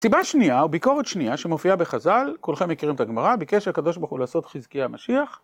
סיבה שנייה הוא ביקורת שנייה שמופיעה בחז'ל, כולכם מכירים את הגמרא, ביקש הקב'ה לעשות חזקיה המשיח.